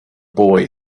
boy